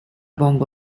bongo